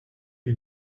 you